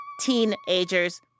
Teenagers